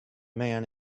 man